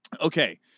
Okay